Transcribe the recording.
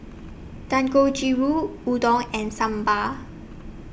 Dangojiru Udon and Sambar